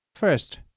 first